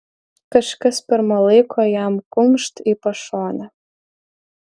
kažkas pirma laiko jam kumšt į pašonę